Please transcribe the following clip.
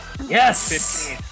Yes